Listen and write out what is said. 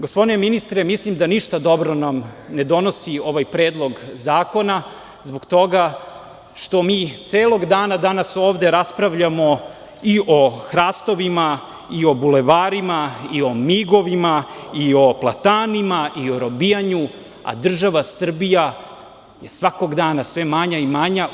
Gospodine ministre, mislim da ništa dobro nam ne donosi ovaj predlog zakona, zbog toga što mi čitav dan raspravljamo ovde i o hrastovima, o bulevarima, o migovima, platanima, o robijanju, a država Srbija svakog dana je sve manja i manja.